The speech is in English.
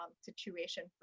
situation